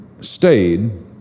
stayed